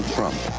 Trump